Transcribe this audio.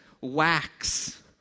wax